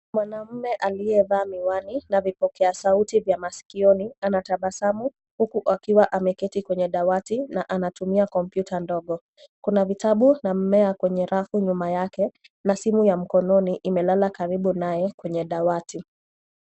Mwanamme aliyevaa miwani na vipokea sauti vya maskioni, anatabasamu huku akiwa ameketi kwenye dawati na anatumia kompyuta ndogo. Kuna vitabu na mmea kwenye rafu nyuma yake, na simu ya mkononi imelala karibu naye, kwenye dawati.